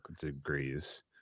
degrees